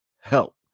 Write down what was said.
help